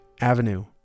Avenue